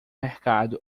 mercado